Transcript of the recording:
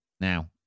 now